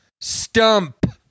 Stump